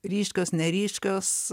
ryškios neryškios